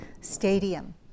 stadium